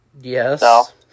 Yes